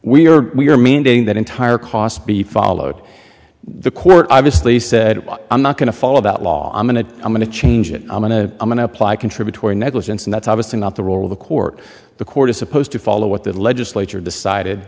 we are we are mandating that entire cost be followed the court obviously said i'm not going to follow about law a minute i'm going to change it i'm going to i'm going to apply contributory negligence and that's obviously not the role of the court the court is supposed to follow what the legislature decided